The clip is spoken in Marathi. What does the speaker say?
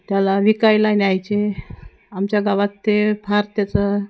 त्याला विकायला न्यायचे आमच्या गावात ते फार त्याचं